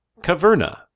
Caverna